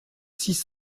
six